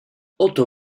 oto